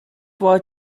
for